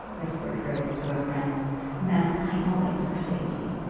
whispered griggs to a friend, a man playing always for safety.